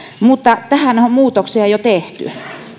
mutta tähänhän on muutoksia jo tehty